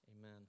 Amen